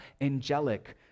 angelic